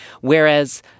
Whereas